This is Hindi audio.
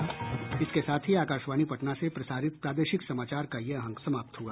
इसके साथ ही आकाशवाणी पटना से प्रसारित प्रादेशिक समाचार का ये अंक समाप्त हआ